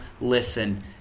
listen